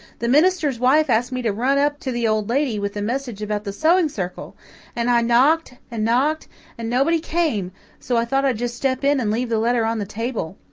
the minister's wife asked me to run up to the old lady, with a message about the sewing circle and i knocked and knocked and nobody came so i thought i'd just step in and leave the letter on the table.